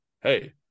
hey